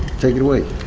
take it away.